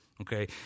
Okay